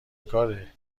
کاره